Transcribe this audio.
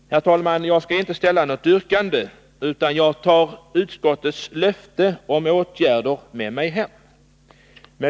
Herr talman! Jag skall inte ställa något yrkande, utan jag tar utskottets löfte om åtgärder med mig hem.